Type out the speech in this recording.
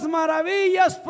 maravillas